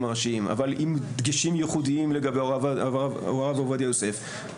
הראשיים אבל עם דגשים ייחודיים לגבי הרב עובדיה יוסף,